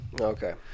okay